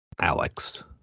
Alex